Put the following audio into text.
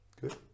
Good